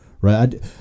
Right